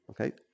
Okay